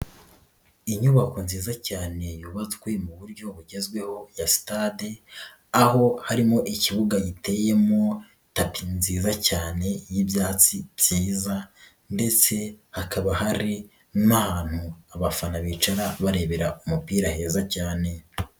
Inyubako nziza cyane yubatswe mu buryo bugezweho ya stade, aho harimo ikibuga giteyemo tapi nziza cyane y'ibyatsi byiza ndetse hakaba hari n'ahantu abafana bicara barebera umupira heza cyane.